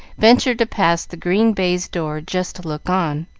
ventured to pass the green baize door just to look on.